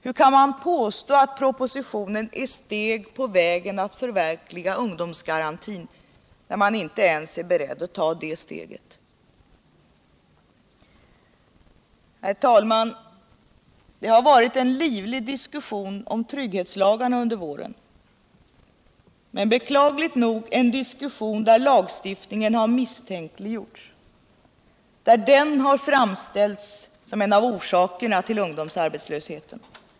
:Hur kan man påstå att propositionen är steg på vägen att förverkliga ungdomsgarantin när man inte ens är beredd att ta detta steg? Herr talman! Det har varit en livlig diskussion om trygghetslagarna under våren, men beklagligt nog en diskussion där lagstiftningen har misstänkliggjorts och framställts som en av orsakerna till ungdomsarbetslösheten.